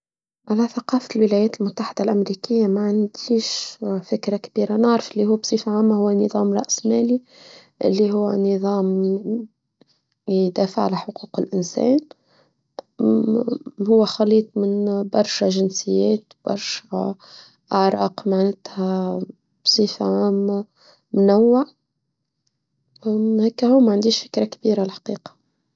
على ثقافة الولايات المتحدة الأمريكية ما عنديش فكرة كبيرة نعرف اللي هو بصيفة عامة هو نظام رأس مالي اللي هو نظام يدافع على حقوق الإنسان هو خليط من برشة جنسيات برشة أعراق معلتها بصيفة عامة منوعة هكا هو ما عنديش فكرة كبيرة الحقيقة.